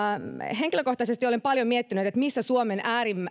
henkilökohtaisesti olen paljon miettinyt missä suomen